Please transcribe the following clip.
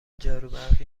جاروبرقی